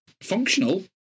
functional